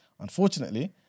Unfortunately